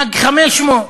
מאג 500,